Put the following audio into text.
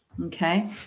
Okay